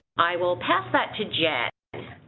i will pass that to jet.